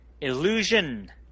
Illusion